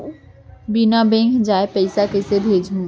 बिना बैंक जाए पइसा कइसे भेजहूँ?